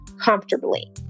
comfortably